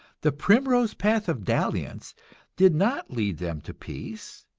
the primrose path of dalliance did not lead them to peace,